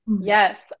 Yes